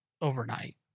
overnight